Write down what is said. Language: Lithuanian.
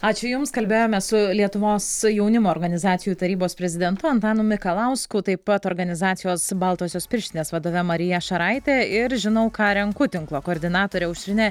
ačiū jums kalbėjome su lietuvos jaunimo organizacijų tarybos prezidentu antanu mikalausku taip pat organizacijos baltosios pirštinės vadove marija šaraitė ir žinau ką renku tinklo koordinatore aušrine